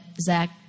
zach